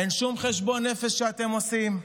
אין שום חשבון נפש שאתם עושים?